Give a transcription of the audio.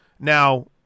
Now